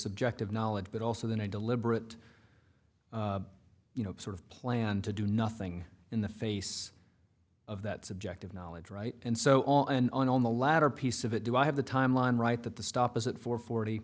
subjective knowledge but also than a deliberate you know sort of plan to do nothing in the face of that subjective knowledge right and so on and on the latter piece of it do i have the timeline right that the stop is at four forty